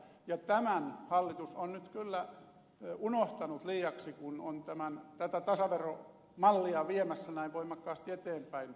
tämän hallitus on nyt kyllä unohtanut liiaksi kun on tätä tasaveromallia viemässä näin voimakkaasti eteenpäin